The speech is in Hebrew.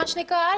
מה שנקרא,